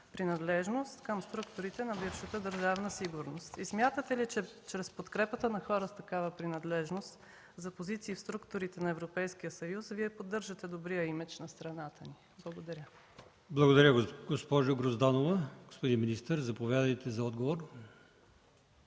принадлежност към структурите на бившата „Държавна сигурност”? Смятате ли, че чрез подкрепата на хора с такава принадлежност за позиции в структурите на Европейския съюз Вие поддържате добрия имидж на страната ни?! Благодаря. ПРЕДСЕДАТЕЛ АЛИОСМАН ИМАМОВ: Благодаря, госпожо Грозданова. Господин министър, заповядайте за отговор.